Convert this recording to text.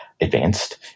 advanced